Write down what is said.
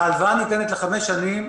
ההלוואה ניתנת לחמש שנים.